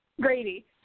Grady